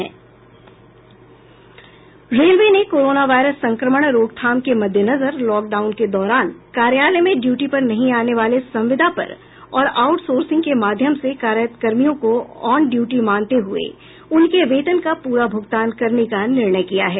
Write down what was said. railway ने corona virus संक्रमण रोकथाम के मद्देनजर लॉकडाउन के दौरान कार्यालय में ड्यूटी पर नहीं आने वाले संविदा पर और आउट सोर्सिंग के माध्यम से कार्यरत कर्मियों को ऑन ड्यूटी मानते हुए उनके वेतन का पूरा भुगतान करने का निर्णय किया है